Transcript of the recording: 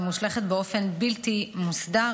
ומושלכת באופן בלתי מוסדר,